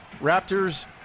Raptors